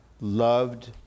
loved